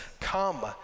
come